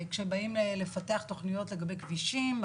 כאשר באים לפתח תוכניות לגבי כבישים,